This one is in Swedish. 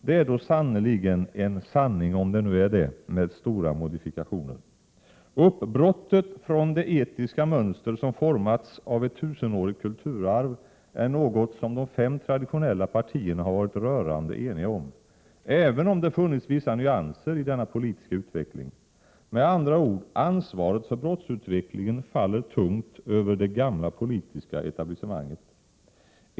Det är en sanning — om det nu är det - med modifikationer. Uppbrottet från det etiska mönster som formats av ett tusenårigt kulturarv är något som de fem traditionella partierna har varit rörande eniga om — även om det funnits vissa nyanser i denna politiska utveckling. Med andra ord: Ansvaret för brottsutvecklingen faller tungt över det gamla politiska etablissemanget.